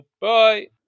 Bye